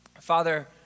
Father